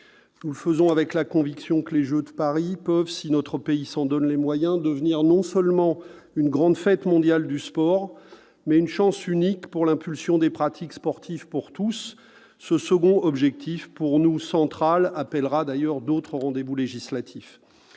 Nous le faisons avec la conviction que les Jeux de Paris peuvent, si notre pays s'en donne les moyens, devenir non seulement une grande fête mondiale du sport, mais aussi une chance unique pour l'impulsion de pratiques sportives pour tous. Ce second objectif, pour nous central, appellera d'ailleurs d'autres rendez-vous législatifs.